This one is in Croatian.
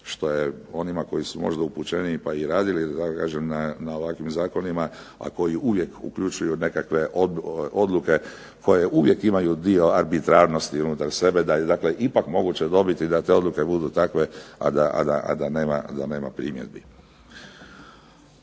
što je onima koji su možda upućeniji pa i radili na ovakvim zakonima, a koji uvijek uključuju nekakve odluke koje uvijek imaju dio arbitrarnosti unutar sebe da je ipak moguće dobiti da te odluke budu takve, a da nema primjedbi.